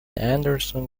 anderson